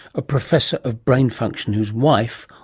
a professor of brain function whose wife,